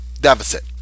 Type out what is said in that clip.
deficit